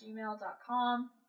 gmail.com